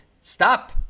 stop